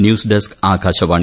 news desk Akashvani